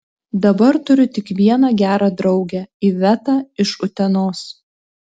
dabar turiu tik vieną gerą draugę ivetą iš utenos